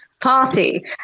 Party